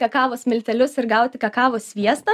kakavos miltelius ir gauti kakavos sviestą